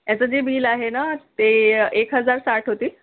याचं जे बिल आहे ना ते एक हजार साठ होतील